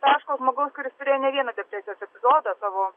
taško žmogaus kuris turėjo ne vieną depresijos epizodą savo